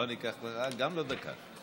לא ניקח ממך, גם לא דקה.